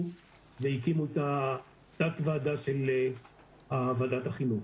והקימו את תת הוועדה של ועדת החינוך.